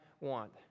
want